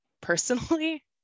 personally